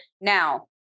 Now